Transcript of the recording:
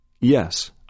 Yes